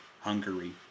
Hungary